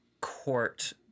court